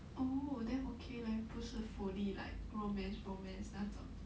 oh then okay leh 不是 fully like romance romance 那种